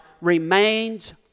remains